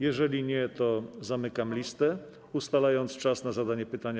Jeżeli nie, to zamykam listę, ustalając czas na zadanie pytania